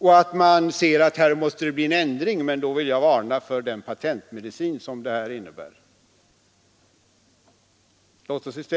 Nu ser man att här måste bli en ändring, men då vill jag varna för den patentmedicin som dessa aktieköpen innebär.